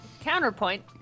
counterpoint